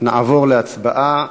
נעבור להצבעה.